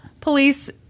police